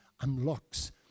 unlocks